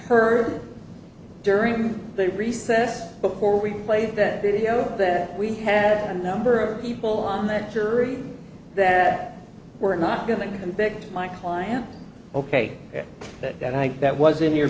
heard during the recess before we played that video that we had a number of people on that jury that were not going to convict my client ok that that i that was